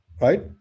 right